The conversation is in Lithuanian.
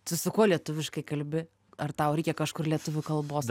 tu su kuo lietuviškai kalbi ar tau reikia kažkur lietuvių kalbos